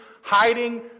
hiding